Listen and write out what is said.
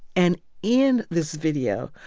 and in this video,